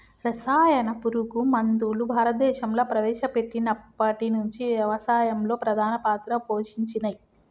రసాయన పురుగు మందులు భారతదేశంలా ప్రవేశపెట్టినప్పటి నుంచి వ్యవసాయంలో ప్రధాన పాత్ర పోషించినయ్